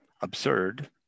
absurd